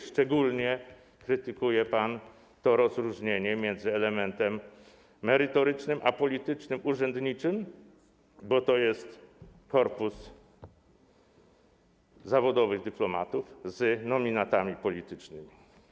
Szczególnie krytykuje pan rozróżnienie między elementem merytorycznym a elementem politycznym, urzędniczym, bo to jest korpus zawodowych dyplomatów z nominatami politycznymi.